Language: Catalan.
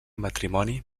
matrimoni